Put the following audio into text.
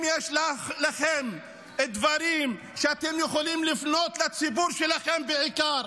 אם יש לכם דברים שאתם יכולים להפנות לציבור שלכם בעיקר,